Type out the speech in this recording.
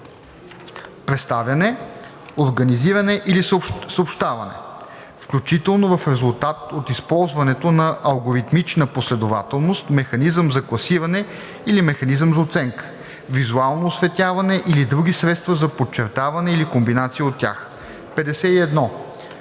представяне, организиране или съобщаване, включително в резултат от използването на алгоритмична последователност, механизъм за класиране или механизъм за оценка, визуално осветяване или други средства за подчертаване, или комбинация от тях. 51.